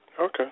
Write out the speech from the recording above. Okay